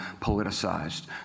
politicized